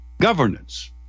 governance